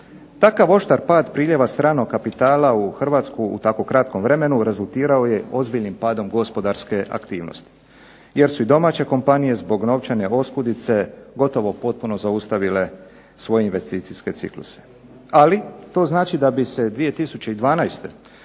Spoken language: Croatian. Takav oštar pad priljeva stranog kapitala u Hrvatsku u tako kratkom vremenu rezultirao je ozbiljnim padom gospodarske aktivnosti jer su i domaće kompanije zbog novčane oskudice gotovo potpuno zaustavile svoje investicijske cikluse. Ali, to znači da bi se 2012.